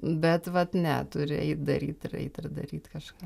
bet vat ne turi daryt ir eit ir daryt kažką